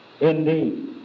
indeed